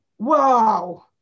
Wow